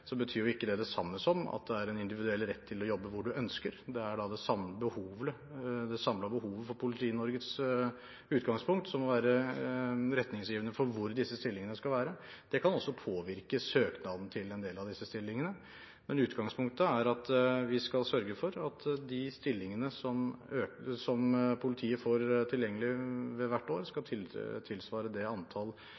betyr ikke det det samme som at man får en individuell rett til å jobbe hvor man ønsker. Det er det samlede behovet for Politi-Norge som i utgangspunktet må være retningsgivende for hvor disse stillingene skal være. Det kan også påvirke søknaden til en del av disse stillingene. Utgangspunktet er at vi skal sørge for at de stillingene som politiet får tilgjengelig hvert år, skal